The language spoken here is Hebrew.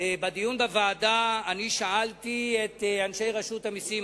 שבדיון בוועדה אני שאלתי את אנשי רשות המסים,